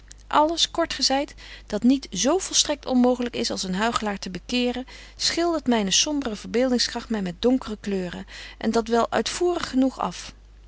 alles kort gezeit dat niet z volstrekt onmooglyk is als een huichelaar te bekeeren schildert myne sombere verbeeldingskragt my met donkere kleuren en dat wel uitvoerig genoeg af